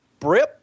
Brip